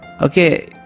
Okay